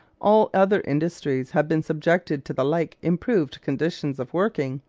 all other industries have been subjected to the like improved conditions of working,